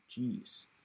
Jeez